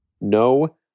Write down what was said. No